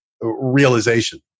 realization